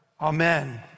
Amen